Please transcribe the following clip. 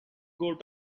got